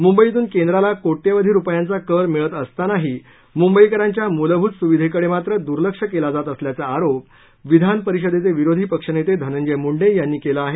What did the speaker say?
मुंबईतून केंद्राला कोटयवधी रुपयांचा कर मिळत असतानाही मुंबईकरांच्या मुलभूत सुविधेकडे मात्र दुर्लक्ष केला जात असल्याचा आरोप विधान परिषदेचे विरोधी पक्षनेते धनंजय मुंडे यांनी केला आहे